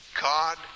God